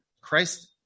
Christ